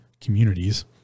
communities